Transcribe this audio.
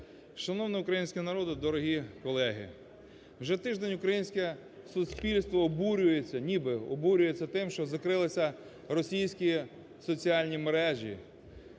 Шановний український народе, дорогі колеги! Вже тиждень українське суспільство обурюється, ніби обурюється, тим, що закрилися російські соціальні мережі.